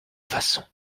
façon